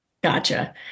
Gotcha